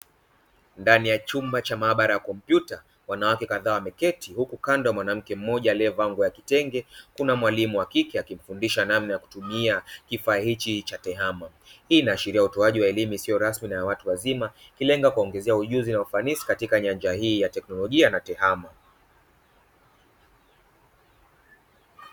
Ndani ya chumba cha maabara ya kompyuta wanawake kadhaa wameketi, huku kando ya mwanamke mmoja aliyevaa nguo ya kitenge kuna mwalimu wa kike akimfundisha namna kutumia kifaa hichi cha tehama. Hii inaashiria utoaji wa elimu isiyo rasmi na ya watu wazima ikilenga kuwaongezea ujuzi na ufanisi katika nyanja hii ya teknolojia na tehama.